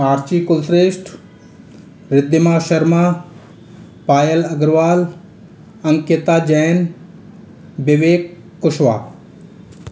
Archie Kulshreshtha Riddhima Sharma Payal Agarwal Ankita Jain Vivek Kushwaha